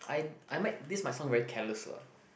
I I might this might sound very careless lah